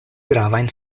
gravajn